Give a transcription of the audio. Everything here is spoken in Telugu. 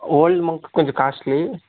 ఓల్డ్ మంక్ కొంచెం కాస్ట్లీ